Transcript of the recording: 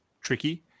Tricky